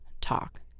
talk